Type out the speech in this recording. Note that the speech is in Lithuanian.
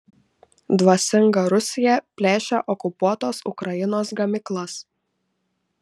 dvasinga rusija plėšia okupuotos ukrainos gamyklas